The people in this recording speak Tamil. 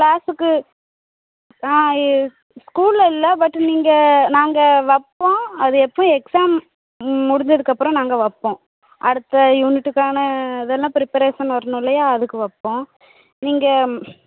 க்ளாஸுக்கு ஆ ஸ்கூல்ல இல்லை பட்டு நீங்கள் நாங்கள் வைப்போம் அது எப்போ எக்ஸாம் முடிஞ்சதுக்கு அப்பறம் நாங்கள் வைப்போம் அடுத்த யூனிட்டுக்கான இதெல்லாம் ப்ரிப்பரேஷன் வரணும் இல்லையா அதுக்கு வைப்போம் நீங்கள்